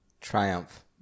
triumph